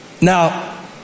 now